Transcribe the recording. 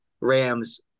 Rams